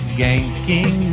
ganking